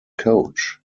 coach